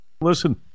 listen